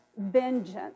vengeance